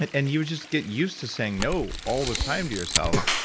and you would just get used to saying no all the time to yourself.